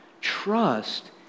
trust